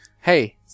hey